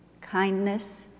kindness